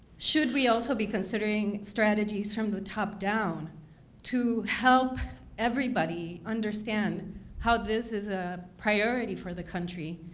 should we also be considering strategies from the top down to help everybody understand how this is a priority for the country?